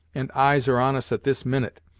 and eyes are on us at this minute,